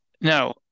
Now